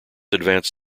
advanced